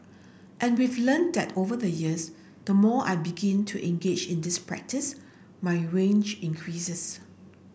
and we've learnt that over the years the more I begin to engage in this practice my range increases